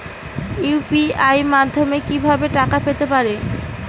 UPI মাধ্যমে কি ভাবে টাকা পেতে পারেন?